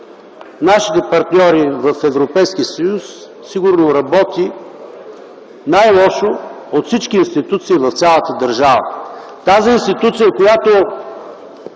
нашите партньори в Европейския съюз, сигурно работи най-лошо от всички институции в цялата държава. Тази институция, която